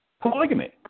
polygamy